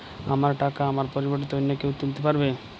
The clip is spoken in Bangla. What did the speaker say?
আমার টাকা আমার পরিবর্তে অন্য কেউ তুলতে পারবে?